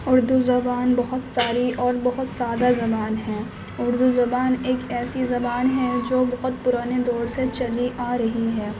اردو زبان بہت ساری اور بہت سادہ زبان ہے اردو زبان ایک ایسی زبان ہے جو بہت پرانے دور سے چلی آ رہی ہے